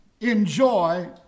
enjoy